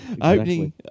Opening